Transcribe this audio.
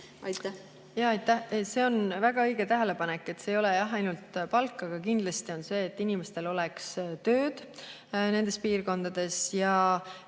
on? Aitäh! See on väga õige tähelepanek, et see ei ole ainult palk. Kindlasti see, et inimestel oleks tööd nendes piirkondades, ja